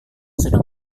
sedang